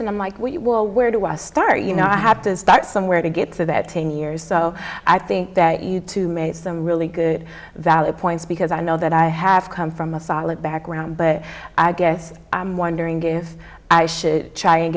and i'm like well you will where do i start you know i have to start somewhere to get to that ten years so i think that you two made some really good valid points because i know that i have come from a solid background but i guess i'm wondering if i should try and